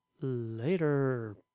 later